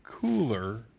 cooler